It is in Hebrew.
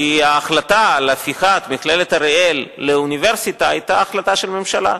כי ההחלטה על הפיכת מכללת אריאל לאוניברסיטה היתה החלטה של הממשלה,